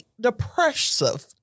depressive